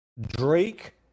Drake